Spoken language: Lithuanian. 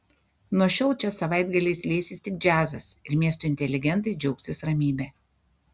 nuo šiol čia savaitgaliais liesis tik džiazas ir miesto inteligentai džiaugsis ramybe